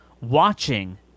watching